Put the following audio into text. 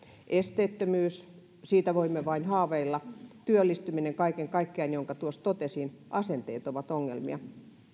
esteettömyys siitä voimme vain haaveilla työllistyminen kaiken kaikkiaan minkä tuossa totesin asenteet ovat ongelmia